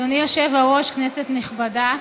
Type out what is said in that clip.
אדוני היושב-ראש, כנסת נכבדה,